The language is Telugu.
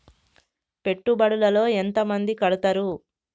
పెట్టుబడుల లో ఎంత మంది కడుతరు?